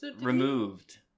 removed